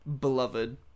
beloved